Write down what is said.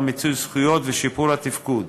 על מיצוי זכויות ושיפור התפקוד,